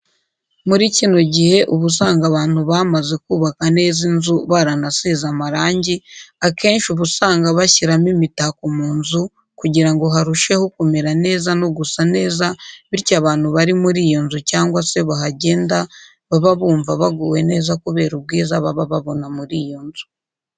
Muri kino gihe uba usanga abantu bamaze kubaka neza inzu baranasize amarangi, akenshi uba usanga bashyiramo imitako mu nzu kugira ngo harusheho kumera neza no gusa neza bityo abantu bari muri yo nzu cyangwa se bahagenda baba bumva baguwe neza kubera ubwiza baba babona muri iyo nzu.